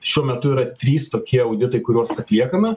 šiuo metu yra trys tokie auditai kuriuos atliekame